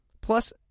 Plus